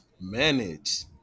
manage